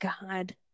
God